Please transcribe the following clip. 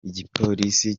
igipolisi